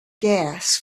gas